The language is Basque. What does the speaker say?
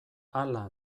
hala